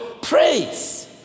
praise